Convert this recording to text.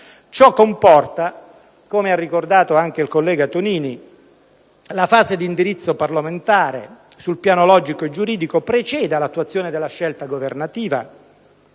Ciò comporta che, come ha ricordato anche il collega Tonini, la fase di indirizzo parlamentare sul piano logico e giuridico preceda l'attuazione della scelta governativa.